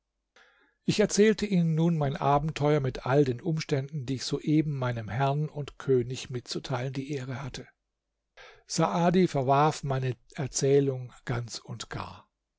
ich erzählte ihnen nun mein abenteuer mit all den umständen die ich soeben meinem herrn und könig mitzuteilen die ehre hatte saadi verwarf meine erzählung ganz und gar